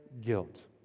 guilt